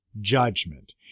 judgment